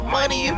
Money